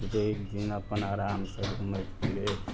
रविदिन अपन आरामसँ घुमैत फिरैत